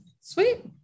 Sweet